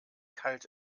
kalt